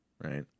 right